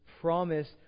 promise